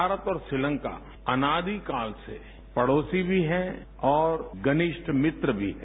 भारत और श्रीलंका अनादि काल से पड़ोसी भी हैं और घनिष्ठ मित्र भी हैं